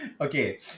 okay